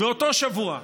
באותו שבוע,